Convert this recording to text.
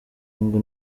ngo